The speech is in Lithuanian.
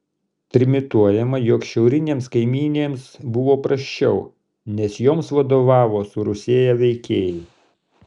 trimituojama jog šiaurinėms kaimynėms buvo prasčiau nes joms vadovavo surusėję veikėjai